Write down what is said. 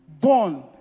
born